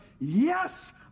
yes